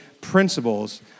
principles